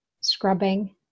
scrubbing